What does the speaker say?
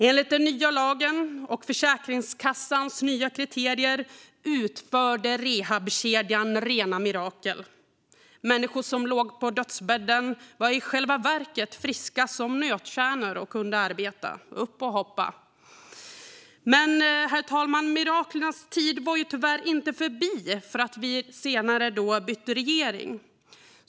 Enligt den nya lagen och Försäkringskassans nya kriterier utförde rehabkedjan rena mirakel. Människor som låg på dödsbädden var i själva verket friska som nötkärnor och kunde arbeta. Upp och hoppa! Men, herr talman, miraklens tid var tyvärr inte förbi för att vi sedan bytte regering.